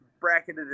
bracketed